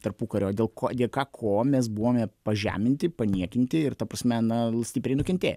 tarpukario dėl ko dėka ko mes buvome pažeminti paniekinti ir ta prasme na stipriai nukentėję